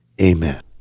Amen